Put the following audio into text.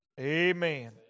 amen